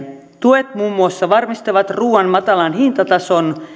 tuet muun muassa varmistavat ruuan matalan hintatason